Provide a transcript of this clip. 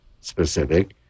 specific